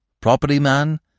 property-man